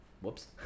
Whoops